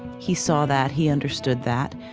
he saw that. he understood that.